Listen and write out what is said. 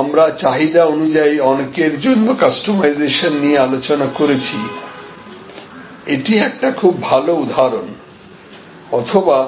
আমরা চাহিদা অনুযায়ী অনেকের জন্য কাস্টোমাইসেশন নিয়ে আলোচনা করেছি এটি একটা খুব ভালো উদাহরণ অথবা